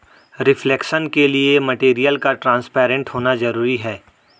reflection के लिए material का ट्रांसपेरेंट होना जरूरी है